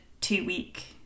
two-week